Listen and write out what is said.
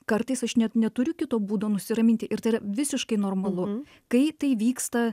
kartais aš net neturiu kito būdo nusiraminti ir tai visiškai normalu kai tai vyksta